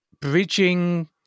bridging